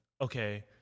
okay